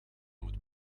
moet